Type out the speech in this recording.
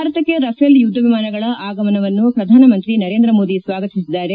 ಭಾರತಕ್ಕೆ ರಫೇಲ್ ಯುದ್ಧ ವಿಮಾನಗಳ ಆಗಮನವನ್ನು ಪ್ರಧಾನಮಂತ್ರಿ ನರೇಂದ್ರ ಮೋದಿ ಸ್ವಾಗತಿಸಿದ್ದಾರೆ